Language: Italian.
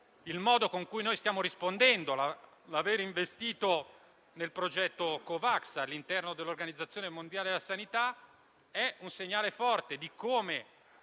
Il modo con cui noi stiamo rispondendo e l'aver investito nel progetto Covax all'interno dell'Organizzazione mondiale della sanità è un segnale forte di come